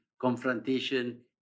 confrontation